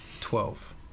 Twelve